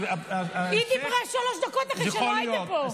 היא דיברה שלוש דקות אחרי, כשלא היית פה.